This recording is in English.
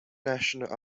national